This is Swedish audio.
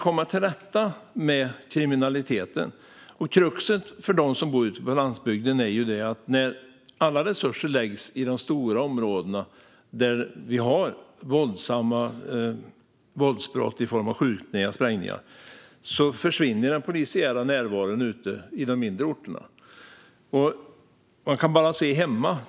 Kruxet för dem som bor ute på landsbygden är att när alla resurser läggs i de stora områdena, där vi har våldsamma brott i form av skjutningar och sprängningar, försvinner den polisiära närvaron ute i de mindre orterna.